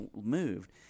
moved